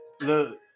look